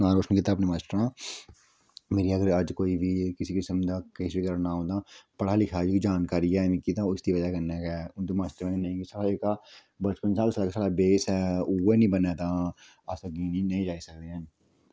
नांऽ रोशन कीता अपने मास्टरें दा ते अज्ज अगर मेरा कुसै बी किस्म दा नांऽ तां अगर कोई जानकारी ऐ तां उसदी बजह् कन्नै गै उं'दे मास्टरें करी साढ़ा जेह्का बेस ऐ उ'ऐ निं बने तां अस जिंदगी च अग्गें नेईं जाई सकदे हैन